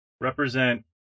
Represent